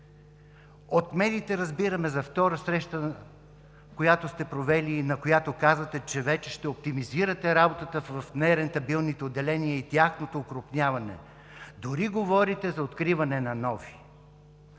От медиите разбираме за втора среща, която сте провели и на която казвате, че вече ще оптимизирате работата в нерентабилните отделения и тяхното окрупняване, дори говорите за откриване на нови.